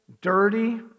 dirty